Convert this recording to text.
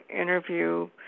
interview